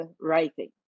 writing